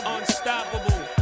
Unstoppable